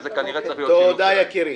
תודה יקירי.